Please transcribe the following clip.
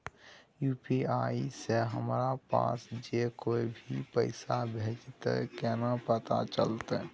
UPI से हमरा पास जे कोय भी पैसा भेजतय केना पता चलते?